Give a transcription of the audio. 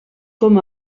com